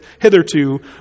hitherto